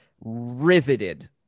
riveted